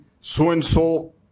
So-and-so